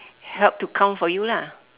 help to count for you lah